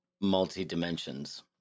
multi-dimensions